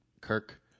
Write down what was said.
Kirk